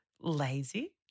lazy